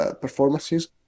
performances